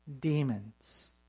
demons